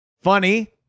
Funny